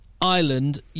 Ireland